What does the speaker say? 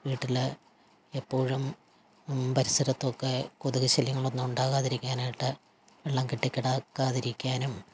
വീട്ടിൽ എപ്പോഴും പരിസരത്തുമൊക്കെ കൊതുക് ശല്യങ്ങളൊന്നുമുണ്ടാകാതിരിക്കാനായിട്ട് വെള്ളം കെട്ടിക്കിടക്കാതിരിക്കാനും